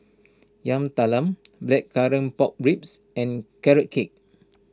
Yam Talam Blackcurrant Pork Ribs and Carrot Cake